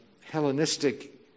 Hellenistic